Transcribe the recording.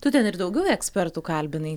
tu ten ir daugiau ekspertų kalbinai